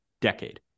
decade